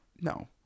No